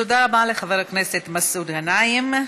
תודה רבה לחבר הכנסת מסעוד גנאים.